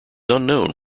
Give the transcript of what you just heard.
unknown